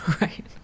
Right